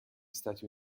stati